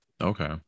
Okay